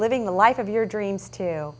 living the life of your dreams to